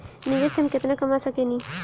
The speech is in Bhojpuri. निवेश से हम केतना कमा सकेनी?